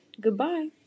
goodbye